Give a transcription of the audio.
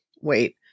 wait